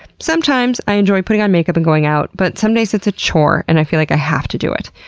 sometimes i enjoy putting on makeup and going out, but some days it's a chore and i feel like i have to do it.